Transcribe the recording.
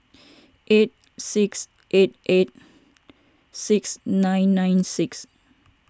eight six eight eight six nine nine six